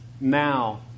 now